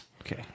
Okay